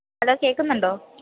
hello കേൾക്കുന്നുണ്ടോ